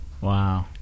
Wow